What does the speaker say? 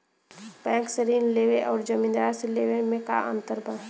Bank से ऋण लेवे अउर जमींदार से लेवे मे का अंतर बा?